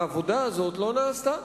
העבודה הזאת לא נעשתה